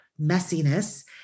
messiness